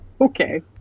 okay